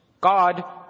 God